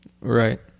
Right